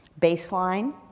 Baseline